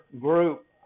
group